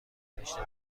داشته